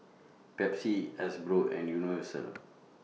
Pepsi Hasbro and Universal